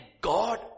God